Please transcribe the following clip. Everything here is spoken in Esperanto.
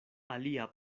alia